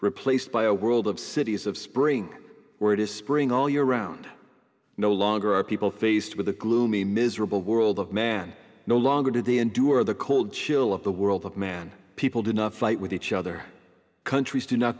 replaced by a world of cities of spring where it is spring all year round no longer are people faced with the gloomy miserable world of man no longer to the endure the cold chill of the world of man people do not fight with each other countries do not